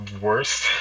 worst